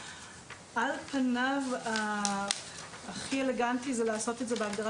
על פניו הכי אלגנטי זה לעשות את זה בהגדרה